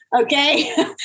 Okay